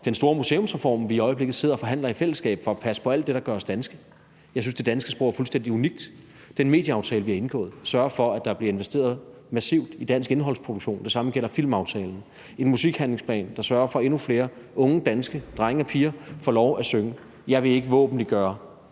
den store museumsreform, vi i øjeblikket sidder og forhandler i fællesskab for at passe på alt det, der gør os danske – jeg synes, det danske sprog er fuldstændig unik – den medieaftale, vi har indgået, sørger for, at der bliver investeret massivt i dansk indholdsproduktion, og det samme gælder filmaftalen, en musikhandlingsplan, der sørger for, at endnu flere unge danske drenge og piger får lov at synge. Jeg vil ikke våbenliggøre